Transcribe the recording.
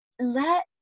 let